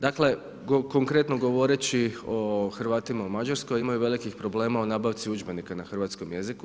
Dakle, konkretno govoreći o Hrvatima u Mađarskoj, imaju velikih problema u nabavci udžbenika na Hrvatskom jeziku.